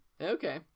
Okay